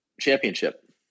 championship